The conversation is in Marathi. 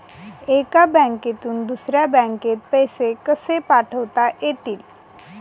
एका बँकेतून दुसऱ्या बँकेत पैसे कसे पाठवता येतील?